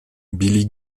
billy